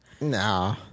No